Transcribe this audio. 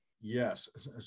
Yes